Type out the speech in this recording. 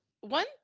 One